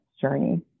journey